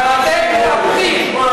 ואתם מתהפכים,